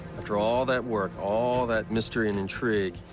after all that work, all that mystery and intrigue,